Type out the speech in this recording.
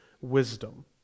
wisdom